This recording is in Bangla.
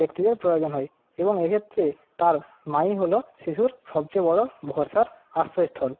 ব্যক্তিদের প্রয়োজন হয় এবং এক্ষেত্রে তার মাই হল শিশুর সবচেয়ে বড়ো ভরসার আশ্রয়স্থল